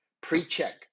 pre-check